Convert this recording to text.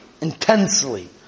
intensely